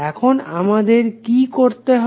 এখন আমাদের কি করতে হবে